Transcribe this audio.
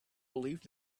believed